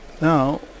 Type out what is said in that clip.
Now